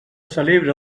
celebra